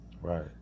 Right